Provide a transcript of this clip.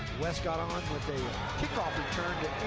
west got on with with a kickoff return